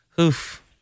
Oof